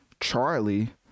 Charlie